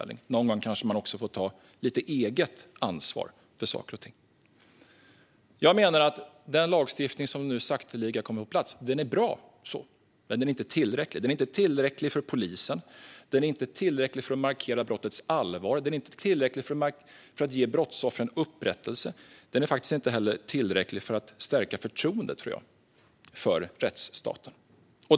Någon gång kanske man också får ta lite eget ansvar för saker och ting. Jag menar att den lagstiftning som nu så sakteliga kommer på plats är bra, men den är inte tillräcklig. Den är inte tillräcklig för polisen, för att markera brottets allvar eller för att ge brottsoffren upprättelse och faktiskt inte heller, tror jag, för att stärka förtroendet för rättsstaten.